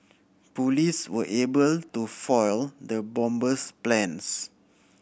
police were able to foil the bomber's plans